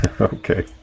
Okay